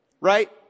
right